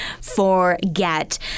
forget